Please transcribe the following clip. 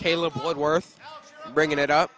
caleb it would worth bringing it up